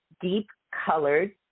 deep-colored